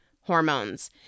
hormones